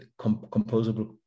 composable